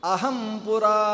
Ahampura